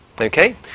Okay